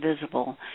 visible